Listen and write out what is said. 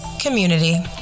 community